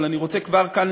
אבל אני רוצה כבר כאן,